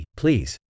please